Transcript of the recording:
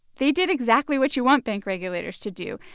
they did exactly what you want bank regulators to do.